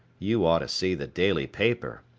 you ought to see the daily paper.